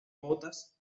botas